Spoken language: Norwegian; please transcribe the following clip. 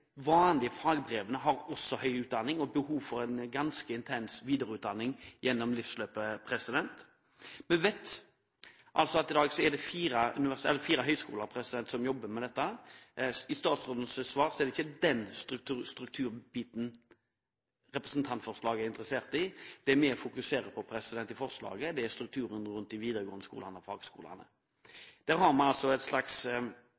vanlige fagbrevene har også høy utdanning og behov for en ganske intens videreutdanning gjennom livsløpet. I dag er det fire høyskoler som jobber med dette. Det er ikke den strukturbiten vi tar opp i representantforslaget. Det vi fokuserer på i forslaget, er strukturen rundt de videregående skolene og fagskolene.